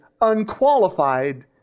unqualified